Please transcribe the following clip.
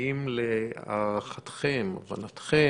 האם, להערתכם, להבנתכם,